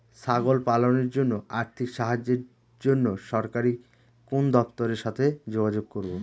ছাগল পালনের জন্য আর্থিক সাহায্যের জন্য সরকারি কোন দপ্তরের সাথে যোগাযোগ করব?